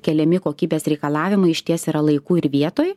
keliami kokybės reikalavimai išties yra laiku ir vietoj